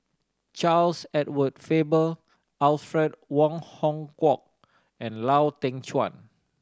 Charles Edward Faber Alfred Wong Hong Kwok and Lau Teng Chuan